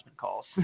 calls